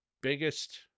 biggest